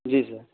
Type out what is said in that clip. जी sir